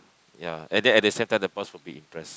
ya and then at the same time the boss will be impressed